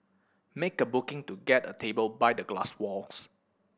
make a booking to get a table by the glass walls